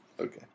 Okay